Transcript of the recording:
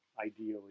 ideally